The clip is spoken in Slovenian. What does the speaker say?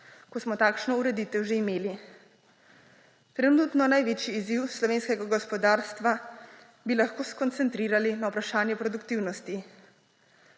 ko smo takšno ureditev že imeli. Trenutno največji izziv slovenskega gospodarstva bi lahko skoncentrirali na vprašanje produktivnosti.